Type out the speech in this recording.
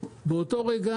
באותו רגע